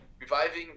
reviving